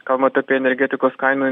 kalbant apie energetikos kainų